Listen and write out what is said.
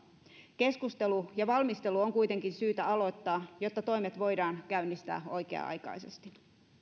keskustelu ja valmistelu on kuitenkin syytä aloittaa jotta toimet voidaan käynnistää oikea aikaisesti